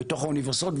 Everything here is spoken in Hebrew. בתוך האוניברסיטאות,